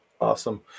Awesome